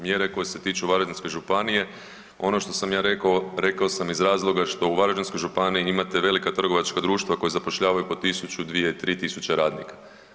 Mjere koje se tiču Varaždinske županije ono što sam ja rekao, rekao sam iz razloga što u Varaždinskoj županiji imate velika trgovačka društva koja zapošljavaju po tisuću, dvije, tri tisuće radnika.